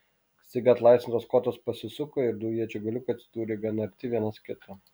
staiga atlaisvintas kotas pasisuko ir du iečių galiukai atsidūrė gana arti vienas kito